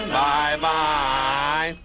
bye-bye